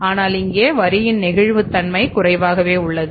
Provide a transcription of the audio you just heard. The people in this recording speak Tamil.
ஆனால் இங்கே வரியின் நெகிழ்வுத்தன்மை குறைவாகவே உள்ளது